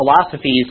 philosophies